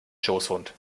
schoßhund